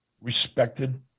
respected